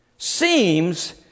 seems